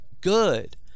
good